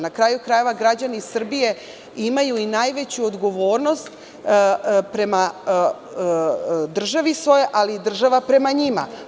Na kraju krajeva, građani Srbije imaju i najveću odgovornost prema državi, ali i država prema njima.